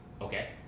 Okay